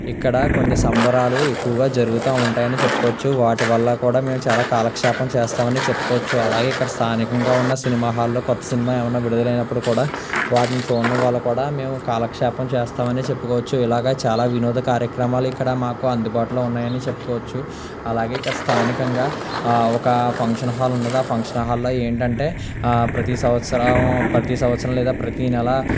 ఇక్కడ కొన్ని సంబరాలు ఎక్కువగా జరుగుతా ఉంటాయని చెప్పుకోవచ్చు వాటి వల్ల కూడా మేము చాలా కాలక్షేపం చేస్తామని చెప్పుకోవచ్చు అలాగే ఇక్కడ స్థానికంగా ఉన్న సినిమా హాల్లో కొత్త సినిమా ఏమైనా విడుదలైనప్పుడు కూడా వాటిని చూను వల్ల కూడా మేము కాలక్షేపం చేస్తామని చెప్పుకోవచ్చు ఇలాగా చాలా వినోద కార్యక్రమాలు ఇక్కడ మాకు అందుబాటులో ఉన్నాయని చెప్పుకోవచ్చు అలాగే ఇక్కడ స్థానికంగా ఒక ఫంక్షన్ హాల్ ఉన్నదా ఫంక్షన్ హాల్లో ఏంటంటే ప్రతి సంవత్సరం ప్రతి సంవత్సరం లేదా ప్రతినెల